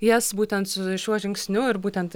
jas būtent su šiuo žingsniu ir būtent